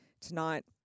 tonight